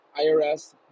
IRS –